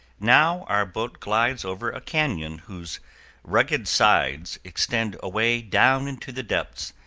now our boat glides over a canon whose rugged sides extend away down into the depths,